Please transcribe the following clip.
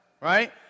right